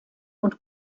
und